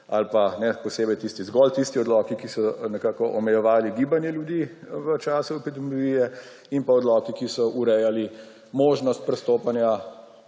ampak zgolj tisti odloki, ki so nekako omejevali gibanje ljudi v času epidemije, in pa odloki, ki so urejali možnost prestopanja,